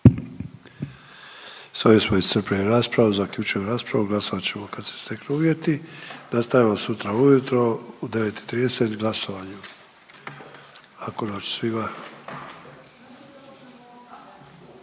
ovim smo iscrpili raspravu. Zaključujem raspravu. Glasovat ćemo kad se steknu uvjeti. Nastavljamo sutra ujutro u 9 i 30 glasovanjem. Laku noć